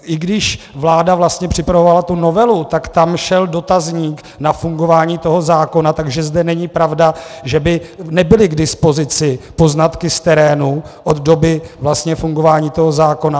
I když vláda vlastně připravovala tu novelu, tak tam šel dotazník na fungování toho zákona, takže zde není pravda, že by nebyly k dispozici poznatky z terénu od doby fungování toho zákona.